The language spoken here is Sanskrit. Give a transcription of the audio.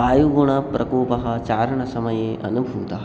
वायुगुणप्रकोपः चारणसमये अनुभूतः